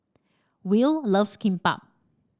Will loves Kimbap